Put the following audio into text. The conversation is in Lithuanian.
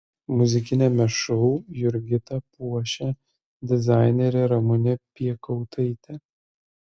muzikiniame šou jurgitą puošia dizainerė ramunė piekautaitė